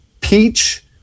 peach